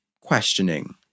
questioning